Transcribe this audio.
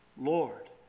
Lord